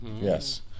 Yes